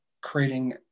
creating